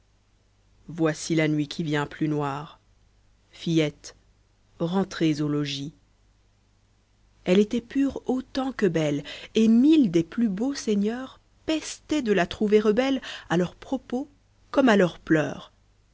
voici la nuit elle était pure autant que belle et mille des plus beaux seigneurs pestaient de la trouver rebelle a leurs propos comme à leurs pleurs